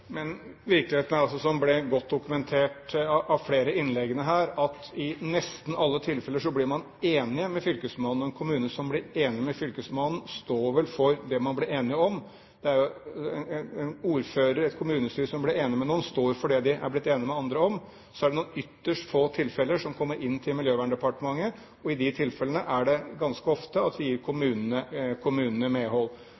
Men virkeligheten er altså – som ble godt dokumentert i flere av innleggene her – at i nesten alle tilfeller blir man enig med fylkesmannen. En kommune som blir enig med fylkesmannen, står vel for det man ble enige om. En ordfører, et kommunestyre som blir enig med noen, står for det de har blitt enig med andre om. Så har vi noen ytterst få tilfeller som kommer inn til Miljøverndepartementet, og i de tilfellene gir vi ganske ofte